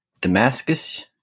Damascus